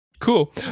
Cool